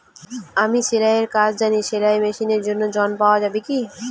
আমি সেলাই এর কাজ জানি সেলাই মেশিনের জন্য ঋণ পাওয়া যাবে কি?